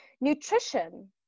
nutrition